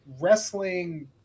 wrestling